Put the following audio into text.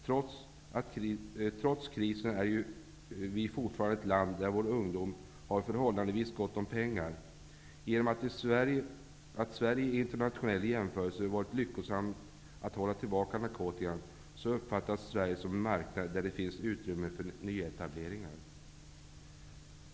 Trots krisen är Sverige ju fortfarande ett land där ungdomar har förhållandevis gott om pengar. Genom att Sverige i internationell jämförelse varit lyckosamt när det gällt att hålla tillbaka narkotikan uppfattas Sverige som en marknad där det finns utrymme för nyetableringar.